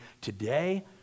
today